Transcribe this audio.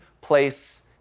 place